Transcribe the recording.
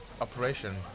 operation